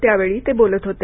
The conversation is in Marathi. त्यावेळी ते बोलत होते